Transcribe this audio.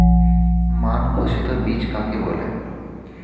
মান ঘোষিত বীজ কাকে বলে?